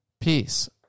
Peace